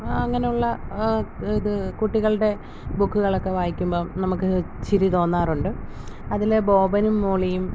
അങ്ങനുള്ള ഇത് കുട്ടികളുടെ ബുക്കുകളക്കെ വായിക്കുമ്പം നമുക്ക് ചിരി തോന്നാറുണ്ട് അതിലെ ബോബനും മോളിയും